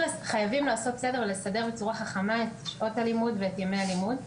חייבים לעשות סדר ולסדר בצורה חכמה את שעות הלימוד ואת ימי הלימוד,